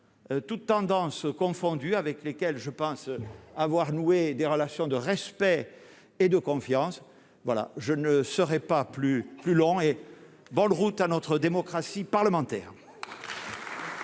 toutes tendances confondues, avec lesquels je pense avoir noué des relations de respect et de confiance, voilà, je ne serai pas plus : plus long et bonne route à notre démocratie parlementaire.